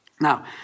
Now